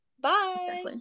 bye